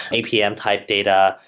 apm type data,